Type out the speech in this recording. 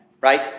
Right